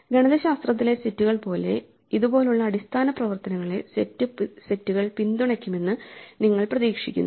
ഗണിതശാസ്ത്രത്തിലെ സെറ്റുകൾ പോലെ ഇത് പോലുള്ള അടിസ്ഥാന പ്രവർത്തനങ്ങളെ സെറ്റുകൾ പിന്തുണയ്ക്കുമെന്ന് നിങ്ങൾ പ്രതീക്ഷിക്കുന്നു